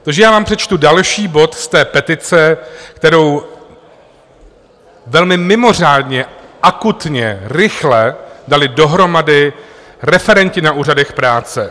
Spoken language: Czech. Takže já vám přečtu další bod z té petice, kterou velmi mimořádně akutně, rychle dali dohromady referenti na úřadech práce.